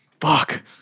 Fuck